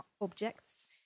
objects